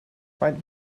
faint